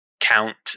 count